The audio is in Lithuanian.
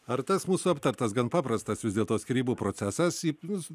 ar tas mūsų aptartas gan paprastas vis dėlto skyrybų procesas į jūs